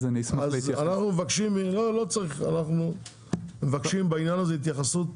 אני מבקש בעניין הזה התייחסות